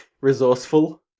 Resourceful